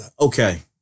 okay